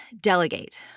delegate